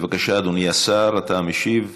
בבקשה, אדוני השר, אתה המשיב.